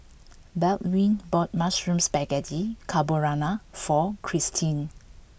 Baldwin bought Mushroom Spaghetti Carbonara for Christie